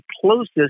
closest